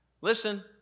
Listen